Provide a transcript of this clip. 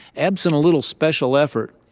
absent a little special effort,